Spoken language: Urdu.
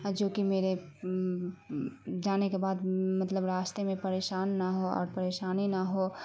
جوکہ میرے جانے کے بعد مطلب راستے میں پریشان نہ ہو اور پریشانی نہ ہو